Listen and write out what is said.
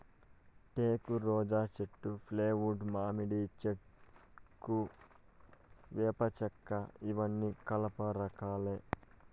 టేకు, రోజా చెక్క, ఫ్లైవుడ్, మామిడి చెక్క, వేప చెక్కఇవన్నీ కలప రకాలే